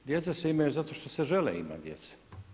Djeca se imaju zato što se želi imati djece.